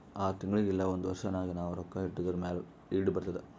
R ತಿಂಗುಳಿಗ್ ಇಲ್ಲ ಒಂದ್ ವರ್ಷ ನಾಗ್ ನಾವ್ ರೊಕ್ಕಾ ಇಟ್ಟಿದುರ್ ಮ್ಯಾಲ ಈಲ್ಡ್ ಬರ್ತುದ್